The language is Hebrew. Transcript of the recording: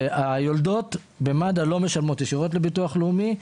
היולדות במד"א לא משלמות ישירות לביטוח לאומי,